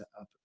up